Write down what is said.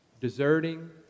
deserting